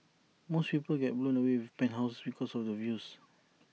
most people get blown away with penthouses because of the views